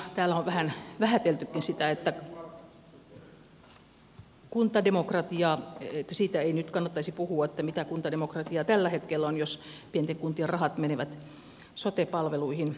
täällä on vähän vähäteltykin sitä kuntademokratiaa että ei nyt kannattaisi puhua siitä mitä kuntademokratia tällä hetkellä on jos pienten kuntien rahat menevät sote palveluihin